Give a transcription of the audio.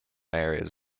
areas